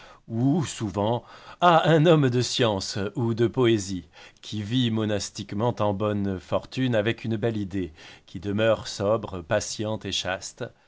ou souvent à un homme de science ou de poésie qui vit monastiquement en bonne fortune avec une belle idée qui demeure sobre patient et chaste